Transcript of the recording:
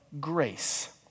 grace